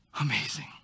Amazing